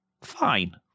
fine